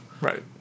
right